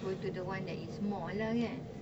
go to the one that is more lah kan